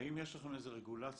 האם יש לכם איזו רגולציה,